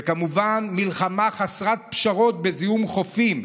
וכמובן, מלחמה חסרת פשרות בזיהום חופים.